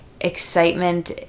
excitement